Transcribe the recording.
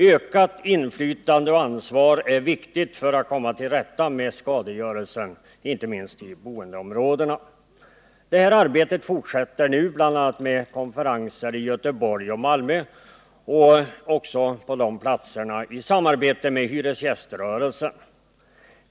Ökat inflytande och ansvar är viktigt för att komma till rätta med skadegörelsen, inte minst i boendeområdena. Detta arbete fortsätter nu bl.a. med konferenser i Göteborg och Malmö — också på de platserna i samarbete med hyresgäströrelsen.